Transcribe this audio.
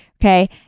okay